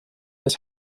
his